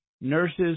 nurses